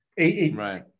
Right